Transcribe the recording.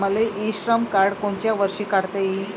मले इ श्रम कार्ड कोनच्या वर्षी काढता येईन?